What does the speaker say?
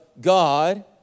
God